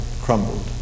crumbled